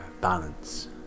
balance